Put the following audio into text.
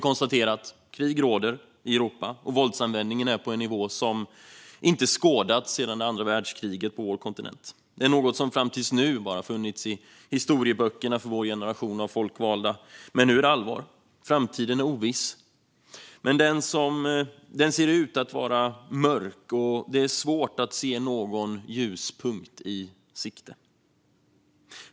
Krig råder i Europa, och våldsanvändningen är på en nivå som inte skådats på vår kontinent sedan andra världskriget. Det är något som fram till nu bara funnits i historieböckerna för vår generation av folkvalda, men nu är det allvar. Framtiden är oviss. Men den ser ut att vara mörk, och det är svårt att se någon ljuspunkt.